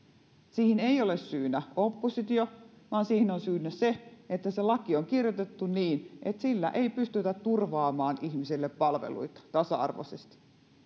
siihen ei ole syynä oppositio vaan siihen on syynä se että se laki on kirjoitettu niin että sillä ei pystytä turvaamaan ihmisille palveluita tasa arvoisesti